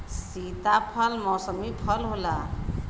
सीताफल मौसमी फल होला